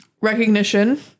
Recognition